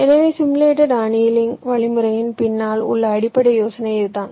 எனவே simulated annealing வழிமுறையின் பின்னால் உள்ள அடிப்படை யோசனை இதுதான்